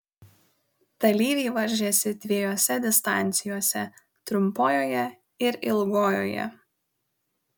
dalyviai varžėsi dviejose distancijose trumpojoje ir ilgojoje